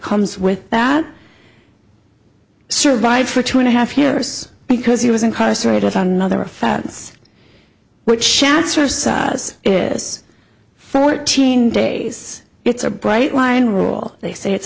comes with that survived for two and a half years because he was incarcerated on other offense which chance or size is fourteen days it's a bright line rule they say it's